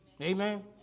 Amen